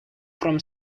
from